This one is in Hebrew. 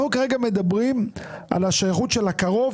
אנחנו כרגע מדברים על השייכות של ה-קרוב